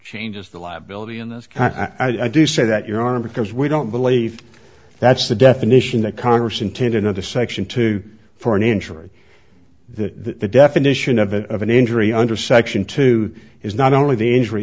changes the liability in this can i do say that your arm because we don't believe that's the definition that congress intended in the section two for an injury the definition of an of an injury under section two is not only the injury